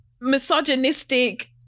misogynistic